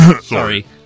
Sorry